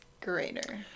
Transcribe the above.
Greater